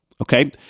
Okay